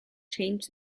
changed